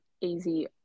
easy